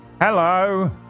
hello